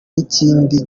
n’ikindi